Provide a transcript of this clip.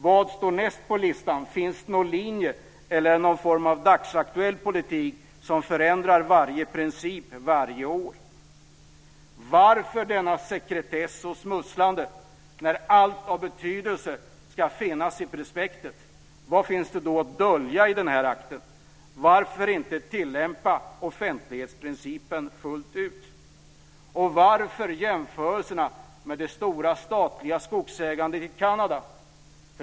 Vad står näst på listan? Finns det någon linje eller är det någon form av dagsaktuell politik som förändrar varje princip varje år? Varför denna sekretess och detta smusslande när allt av betydelse ska finnas i prospektet? Vad finns det då att dölja i den här akten? Varför inte tillämpa offentlighetsprincipen fullt ut? Och varför jämförelserna med det stora statliga skogsägandet i Kanada?